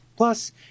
Plus